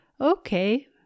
okay